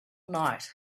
night